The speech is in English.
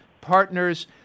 Partners